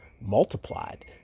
multiplied